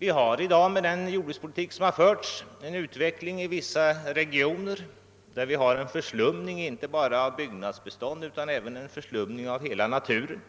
Man har i dag med den jordbrukspolitik som förts en utveckling i vissa regioner mot en förslumning inte bara av byggnadsbeståndet utan även av hela naturen.